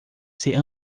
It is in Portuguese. ser